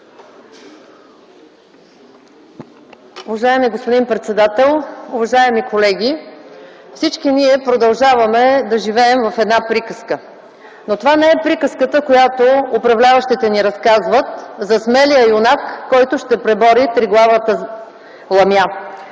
Уважаеми господин председател, уважаеми колеги! Всички ние продължаваме да живеем в една приказка. Но това не е приказката, която управляващите ни разказват за смелия юнак, който ще пребори триглавата ламя.